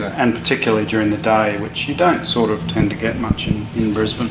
and particularly during the day, which you don't sort of tend to get much in brisbane.